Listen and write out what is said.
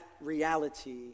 reality